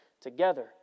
together